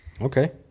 Okay